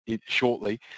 shortly